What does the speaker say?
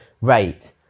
rate